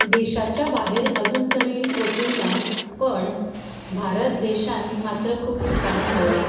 देशाच्या बाहेर अजून तरी वचूंक ना पण भारत देशांत मात्र खूब ठिकाणी भोंवलां